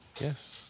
Yes